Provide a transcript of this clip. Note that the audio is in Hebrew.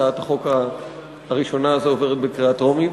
הצעת החוק הראשונה הזאת עוברת בקריאה טרומית,